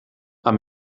amb